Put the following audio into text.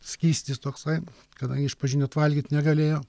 skystis toksai kadangi iš pradžių net valgyt negalėjo